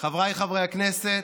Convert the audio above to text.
חבריי חברי הכנסת,